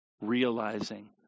realizing